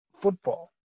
football